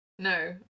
No